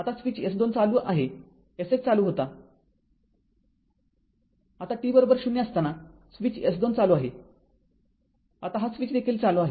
आता switch S switch S२ चालू आहे S१ चालू होता आता t बरोबर ० असताना स्विच S २ चालू आहे आता हा स्विच देखील चालू आहे